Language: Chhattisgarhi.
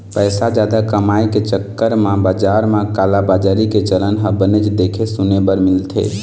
पइसा जादा कमाए के चक्कर म बजार म कालाबजारी के चलन ह बनेच देखे सुने बर मिलथे